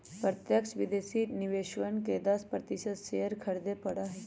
प्रत्यक्ष विदेशी निवेशकवन के दस प्रतिशत शेयर खरीदे पड़ा हई